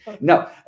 No